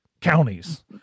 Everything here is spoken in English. counties